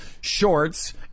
shorts